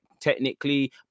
technically